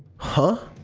huh?